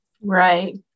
Right